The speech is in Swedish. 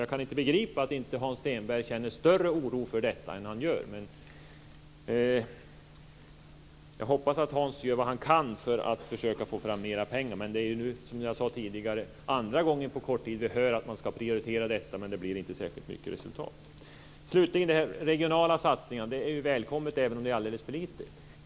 Jag kan inte begripa att Hans Stenberg inte känner större oro för detta än han gör. Jag hoppas dock att Hans Stenberg gör vad han kan när det gäller att försöka få fram mer pengar. Det är nu, som sagt, andra gången på kort tid som vi hör att man ska prioritera detta men det blir inte särskilt mycket till resultat. Slutligen: Det här med regionala satsningar är välkommet, även om det är alldeles för lite.